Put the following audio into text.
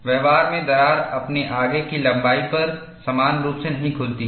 व्यवहार में दरार अपने आगे की लंबाई पर समान रूप से नहीं खुलती है